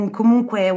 comunque